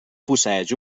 posseeix